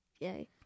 Yay